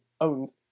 owns